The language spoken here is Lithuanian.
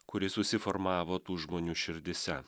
kuri susiformavo tų žmonių širdyse